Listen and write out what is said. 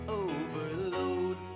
overload